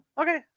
Okay